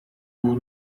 ubu